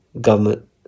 government